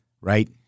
right